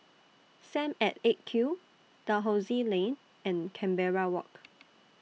SAM At eight Q Dalhousie Lane and Canberra Walk